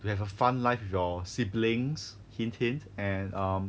to have a fun life with your siblings hint hint and um